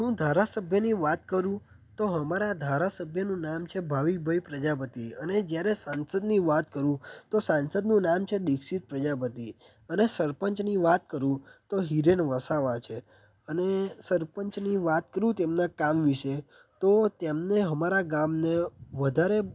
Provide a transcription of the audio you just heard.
ધારાસભ્યની વાત કરું તો અમારા ધારાસભ્યનું નામ છે ભાવિકભાઈ પ્રજાપતિ અને જ્યારે સંસદની વાત કરું તો સાંસદનું નામ છે દીક્ષિતભાઈ પ્રજાપતિ અને સરપંચની વાત કરું તો હિરેન વસાવા છે અને સરપંચની વાત કરું એમના કામ વિષે તો તેમને અમારા ગામને વધારે